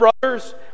brothers